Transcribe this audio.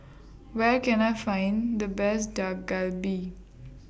Where Can I Find The Best Dak Galbi